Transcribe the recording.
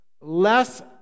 less